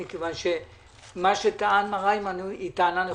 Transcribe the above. כי מה שטען מר היימן היא טענה נכונה,